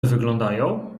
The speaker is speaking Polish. wyglądają